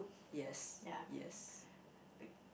ya